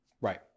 Right